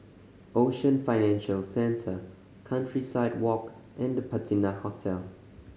Ocean Financial Centre Countryside Walk and The Patina Hotel